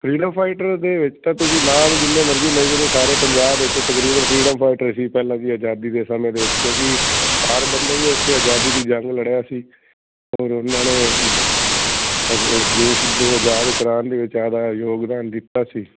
freedom fighter ਦੇ ਵਿੱਚ ਤਾਂ ਤੁਸੀਂ ਨਾਮ ਜਿੰਨੇ ਮਰਜ਼ੀ ਲਈ ਚਲੋ ਸਾਰੇ ਪੰਜਾਬ ਵਿੱਚ ਤਕਰੀਬਨ ਫਰੀਡਮ ਫਾਈਟਰ ਸੀ ਪਹਿਲਾਂ ਵੀ ਆਜ਼ਾਦੀ ਦੇ ਸਮੇਂ ਦੇ ਵਿੱਚ ਕਿਉਂਕਿ ਹਰ ਬੰਦਾ ਹੀ ਉੱਥੇ ਆਜ਼ਾਦੀ ਦੀ ਜੰਗ ਲੜਿਆ ਸੀ ਔਰ ਉਹਨਾਂ ਨੇ ਦੇਸ਼ ਜੋ ਆਜ਼ਾਦ ਕਰਾਨ ਦੇ ਵਿੱਚ ਜ਼ਿਆਦਾ ਯੋਗਦਾਨ ਦਿੱਤਾ ਸੀ